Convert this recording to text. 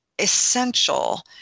essential